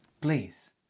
Please